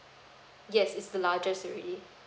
yes is the largest already